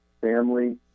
family